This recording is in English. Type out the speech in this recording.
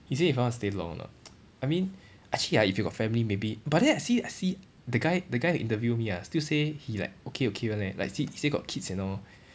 he say if I want to stay long or not I mean actually ah if you got family maybe but then I see I see the guy the guy that interview me ah still say he like okay okay [one] leh like see he say got kids and all